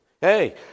Hey